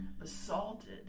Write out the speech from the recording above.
assaulted